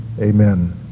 Amen